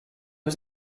was